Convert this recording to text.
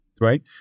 Right